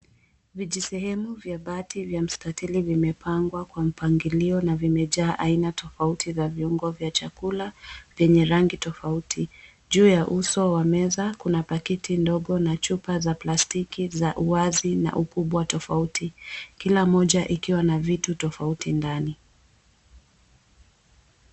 Vijisemehu vya bati ya mstatili vimepangwa kwa mpangilio na vimejaa aina tofauti za viungo vya chakula vyenye rangi tofauti. Juu ya uso wa meza kuna pakiti ndogo na chupa za plastiki za wazi na ukubwa tofauti kila moja ikiwa na vitu tofauti ndani.